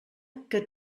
que